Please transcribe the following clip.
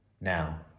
now